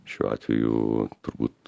šiuo atveju turbūt